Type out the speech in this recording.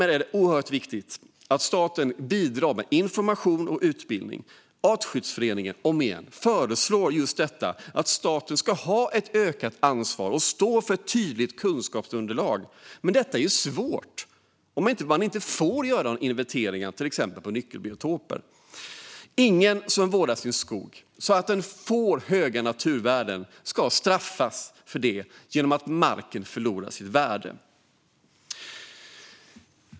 Det är oerhört viktigt att staten bidrar med information och utbildning. Artskyddsutredningen föreslår att staten ska ha ett ökat ansvar och stå för ett tydligt kunskapsunderlag. Men detta är svårt om man inte får göra inventeringar, till exempel av nyckelbiotoper. Ingen som vårdar sin skog så att den får höga naturvärden ska straffas för det genom att marken förlorar sitt värde.